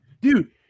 Dude